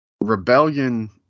rebellion